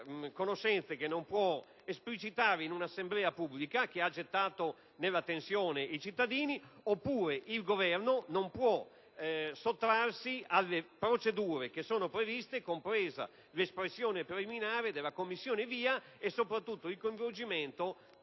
conoscenze che non può esplicitare in un'assemblea pubblica, e che hanno gettato in uno stato di tensione i cittadini, oppure il Governo non può sottrarsi alle procedure previste, compresa l'espressione preliminare della commissione VIA e soprattutto il coinvolgimento, nella